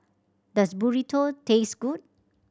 does Burrito taste good